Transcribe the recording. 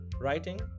Writing